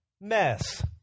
mess